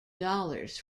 dollars